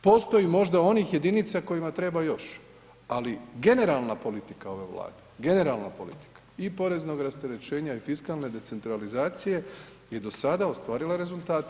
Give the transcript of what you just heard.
Postoji možda onih jedinica kojima treba još, ali generalna politika ove Vlade, generalne politika i poreznog rasterećenja i fiskalne decentralizacije je do sada ostvarila rezultate.